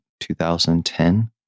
2010